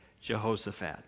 Jehoshaphat